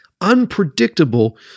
unpredictable